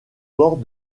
bord